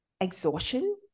exhaustion